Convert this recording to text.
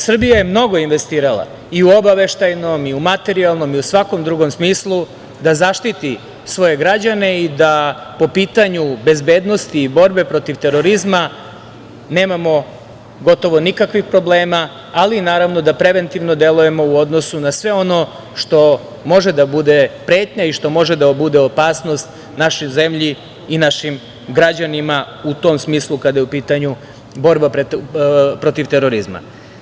Srbija je mnogo investirala, i u obaveštajnom, i u materijalnom i svakom drugom smislu, da zaštiti svoje građane i da po pitanju bezbednosti i borbe protiv terorizma nemamo gotovo nikakvih problema, ali da preventivno delujemo u odnosu na sve ono što može da bude pretnja i što može da bude opasnost našoj zemlji i našim građanima u tom smislu, kada je u pitanju borba protiv terorizma.